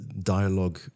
dialogue